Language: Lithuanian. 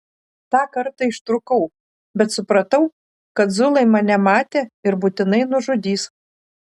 tą kartą ištrūkau bet supratau kad zulai mane matė ir būtinai nužudys